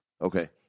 Okay